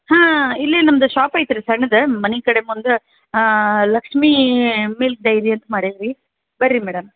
ಹಾಂ ಇಲ್ಲೇ ನಮ್ದು ಶಾಪ್ ಐತೆ ರೀ ಸಣ್ಣದು ಮನೆ ಕಡೆ ಮುಂದೆ ಲಕ್ಷ್ಮೀ ಮಿಲ್ಕ್ ಡೈರಿ ಅಂತ ಮಾಡೀವಿ ಬನ್ರಿ ಮೇಡಮ್